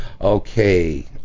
Okay